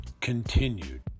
continued